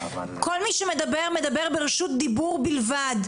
כל מי שמדבר, מדבר ברשות דיבור בלבד.